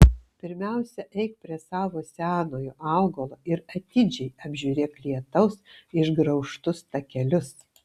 pirmiausia eik prie savo senojo augalo ir atidžiai apžiūrėk lietaus išgraužtus takelius